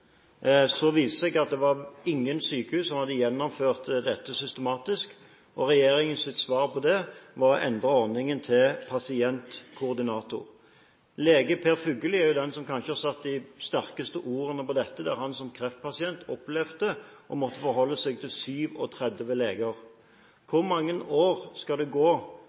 viste det seg at ingen sykehus hadde gjennomført dette systematisk, og regjeringens svar på det var å endre ordningen til pasientkoordinator. Lege Per Fugelli er den som kanskje har satt de sterkeste ordene på dette, da han som kreftpasient opplevde å måtte forholde seg til 37 leger. Hvor mange år skal det gå